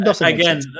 again